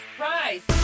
Rise